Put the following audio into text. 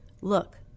look